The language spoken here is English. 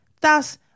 thus